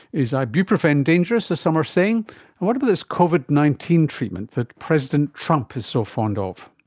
is ibuprofen dangerous, as some are saying? and what about this covid nineteen treatment that president trump is so fond of?